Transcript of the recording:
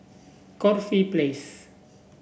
Corfe Place